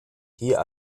hier